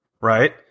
right